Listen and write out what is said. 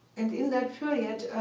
and in that period,